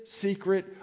secret